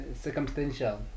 circumstantial